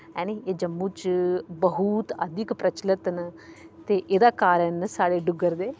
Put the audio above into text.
हैनी एह् जम्मू च बहुत अधिक प्रचलत न ते एह्दा कारण साढ़े डुग्गर दे